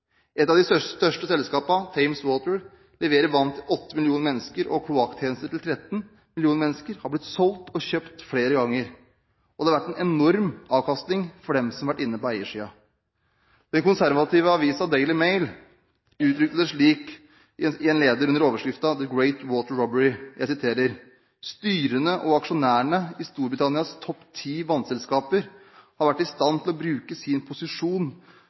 Et av de største selskapene, Thames Water, som leverer vann til 8 millioner mennesker og kloakktjenester til 13 millioner mennesker, har blitt solgt og kjøpt flere ganger, og det har vært en enorm avkastning for dem som har vært inne på eiersiden. Den konservative avisa Daily Mail uttrykte det slik i en leder under overskriften «The Great Water Robbery»: «Styrene og aksjonærene i Storbritannias topp ti vannselskaper har vært i stand til å bruke sin posisjon